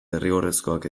derrigorrezkoak